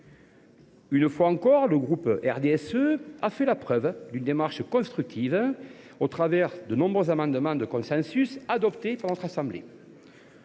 Une fois encore, le groupe RDSE s’est engagé dans une démarche constructive, avec de nombreux amendements de consensus adoptés par notre assemblée.